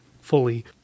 fully